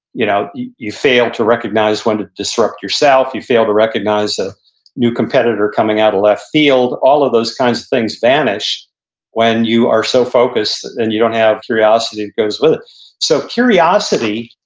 you know you you fail to recognize when to disrupt yourself. you fail to recognize a new competitor coming out of left field. all of those kinds of things vanish when you are so focused and you don't have curiosity that goes with it so curiosity,